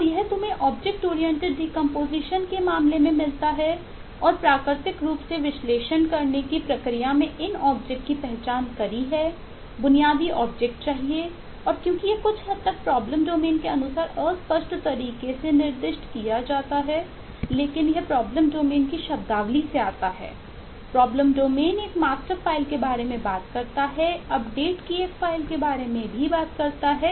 और यह तुम्हें ऑब्जेक्ट ओरिएंटेड डीकंपोजीशन प्रक्रिया का मूल है